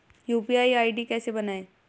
UPI ID कैसे बनाएं?